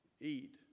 eat